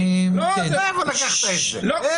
אתם